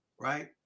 right